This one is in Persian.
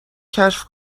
کشف